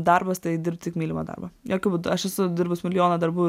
darbas tai dirbt tik mylimą darbą jokiu būdu aš esu dirbus milijoną darbų